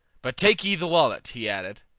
but take ye the wallet, he added,